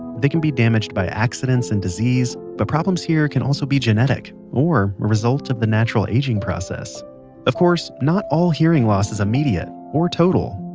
they can be damaged by accidents and disease, but problems here can also be genetic, or a result of the natural aging process of course, not all hearing loss is immediate, or total.